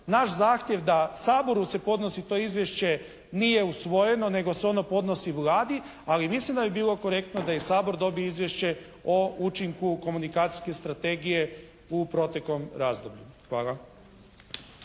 naš zahtjev da Saboru se podnosi to izvješće nije usvojeno nego se ono podnosi Vladi. Ali mislim da bi bilo korektno da i Sabor dobije Izvješće o učinku komunikacijske strategije u proteklom razdoblju. Hvala.